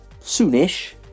soonish